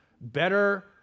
better